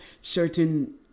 certain